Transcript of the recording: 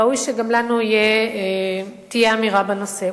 ראוי שגם לנו תהיה אמירה בנושא.